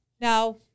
Now